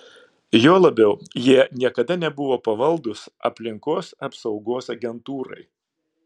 juo labiau jie niekada nebuvo pavaldūs aplinkos apsaugos agentūrai